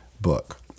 book